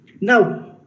Now